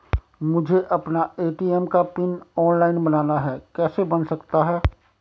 मुझे अपना ए.टी.एम का पिन ऑनलाइन बनाना है कैसे बन सकता है?